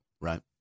right